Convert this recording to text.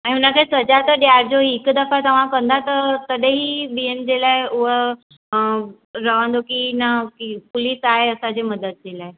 ऐं हुनखे सजा त ॾियारिजो ई हिक दफ़ा तव्हां कंदा त तॾहिं ई ॿियनि जे लाइ उह रहंदो की न पुलिस आहे असांजे मदद जे लाइ